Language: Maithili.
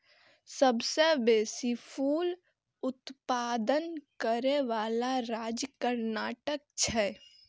सबसं बेसी फूल उत्पादन करै बला राज्य कर्नाटक छै